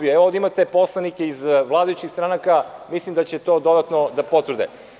Ovde imate poslanike iz vladajućih stranaka, mislim da će to dodatno da potvrde.